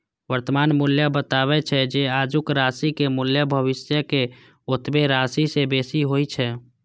वर्तमान मूल्य बतबै छै, जे आजुक राशिक मूल्य भविष्यक ओतबे राशि सं बेसी होइ छै